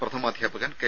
പ്രഥമ അധ്യാപകൻ കെ